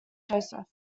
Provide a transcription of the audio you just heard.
joseph